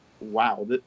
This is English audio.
wow